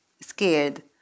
scared